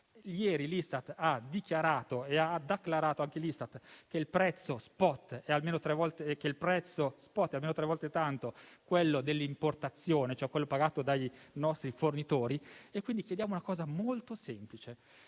Ieri l'Istat ha parimenti acclarato e poi dichiarato che il prezzo *spot* è almeno tre volte tanto quello dell'importazione, cioè quello pagato dai nostri fornitori e quindi chiediamo una cosa molto semplice: